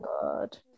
God